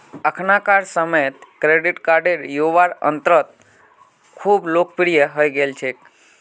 अखनाकार समयेत credit card युवार अंदरत खूब लोकप्रिये हई गेल छेक